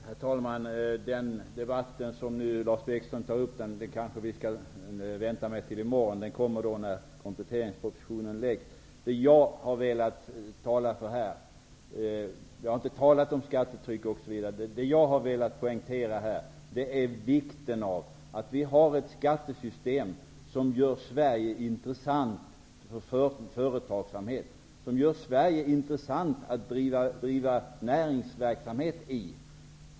Herr talman! Den debatt som Lars Bäckström tar upp nu kanske vi skall vänta med till i morgon. Den kommer när kompletteringspropositionen läggs fram. Jag har här inte talat om skattetrycket. Jag har i stället velat poängtera vikten av att vi har ett skattesystem som gör Sverige intressant att driva näringsverksamhet i.